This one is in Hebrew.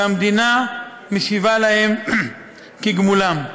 והמדינה משיבה להם כגמולם.